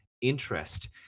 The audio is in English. interest